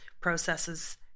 processes